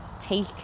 take